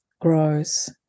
grows